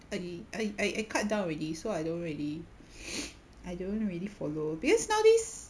I I I I cut down already so I don't really I don't really follow because nowadays